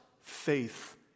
faith